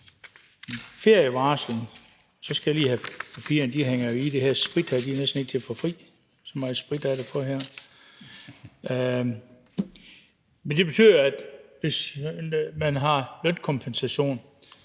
her. Det betyder, at hvis man har lønkompensation